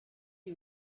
you